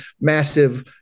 massive